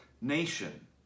nation